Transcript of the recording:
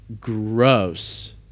gross